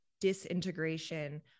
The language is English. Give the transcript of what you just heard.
disintegration